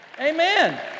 Amen